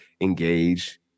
engage